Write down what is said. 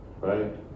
Right